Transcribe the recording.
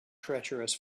treacherous